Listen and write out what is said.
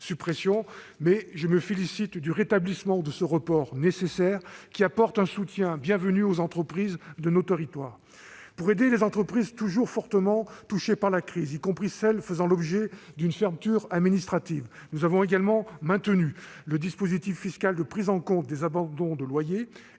je me félicite du rétablissement de ce report nécessaire, qui apporte un soutien bienvenu aux entreprises de nos territoires. Pour aider les entreprises toujours fortement touchées par la crise, y compris celles qui font l'objet d'une fermeture administrative, nous avons maintenu le dispositif fiscal de prise en compte des abandons de loyers